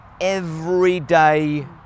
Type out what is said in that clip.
everyday